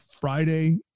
Friday